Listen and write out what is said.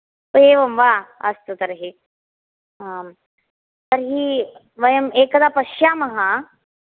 ओ एवं वा अस्तु तर्हि आम् तर्हि वयं एकदा पश्यामः